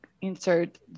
insert